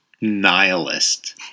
nihilist